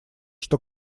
что